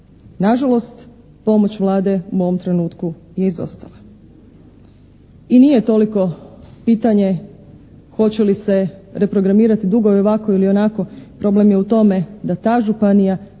Nažalost, pomoć Vlade u ovom trenutku je izostala. I nije toliko pitanje hoće li se reprogramirati dugove ovako ili onako, problem je u tome da ta županija